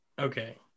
okay